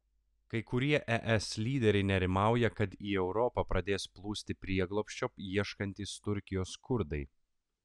kai kurie es lyderiai nerimauja kad į europą pradės plūsti prieglobsčio ieškantys turkijos kurdai